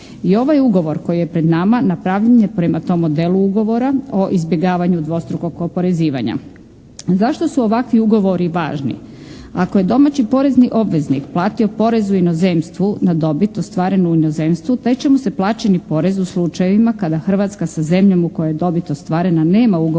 I ovaj ugovor koji je pred nama napravljen je prema tom modelu Ugovora o izbjegavanju dvostrukog oporezivanja. Zašto su ovakvi ugovori važni? Ako je domaći porezni obveznik platio porez u inozemstvu na dobit ostvaren u inozemstvu, taj će mu se plaćeni porez u slučajevima kada Hrvatska sa zemljom u kojoj je dobit ostvarena nema Ugovor